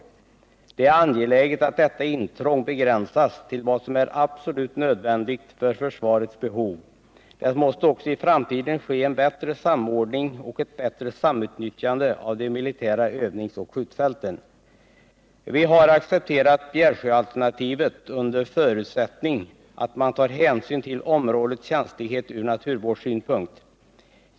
Det är angeläget att 6 december 1978 detta intrång begränsas till vad som är absolut nödvändigt för försvarets behov. Det måste också i framtiden ske en bättre samordning och ett bättre samutnyttjande av de militära övningsoch skjutfälten. Vi har accepterat Bjärsjöalternativet under förutsättning att man tar hänsyn till områdets känslighet ur naturvårdssynpunkt.